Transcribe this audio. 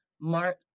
Mark